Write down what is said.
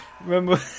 Remember